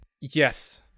Yes